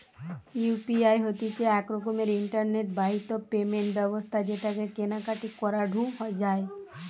UPI হতিছে এক রকমের ইন্টারনেট বাহিত পেমেন্ট ব্যবস্থা যেটাকে কেনা কাটি করাঢু যায়